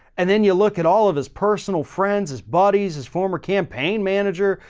and then you look at all of his personal friends, his buddies, his former campaign manager.